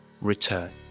return